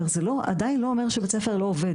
זה עדיין לא אומר שבית ספר לא עובד,